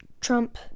Trump